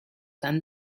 than